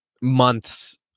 months